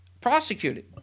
prosecuted